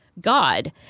God